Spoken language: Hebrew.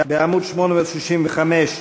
בעמוד 865,